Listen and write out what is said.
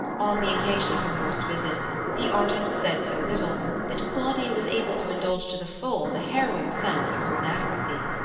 on the occasion of her first visit the artist said so little that claudia was able to indulge to the full the harrowing sense of her inadequacy.